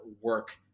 work